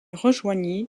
rejoignit